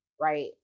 right